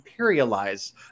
imperialize